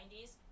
90s